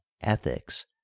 Ethics